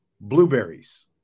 blueberries